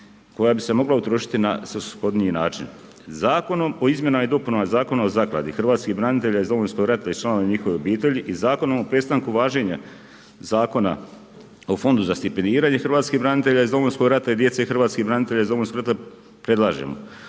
koja bi se mogla utrošiti na svrsishodniji način. Zakonom o izmjenama i dopunama Zakona o Zakladi hrvatskih branitelja iz Domovinskog rata i članova njihovih obitelji i Zakonom o prestanku važenja Zakona o fondu za stipendiranje hrvatskih branitelja iz Domovinskog rata i djece hrvatskih branitelja iz Domovinskog rata predlažemo.